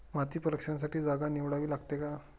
माती परीक्षणासाठी जागा निवडावी लागते का?